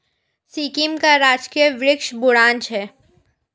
सिक्किम का राजकीय वृक्ष बुरांश है